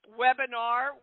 webinar